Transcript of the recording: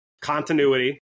continuity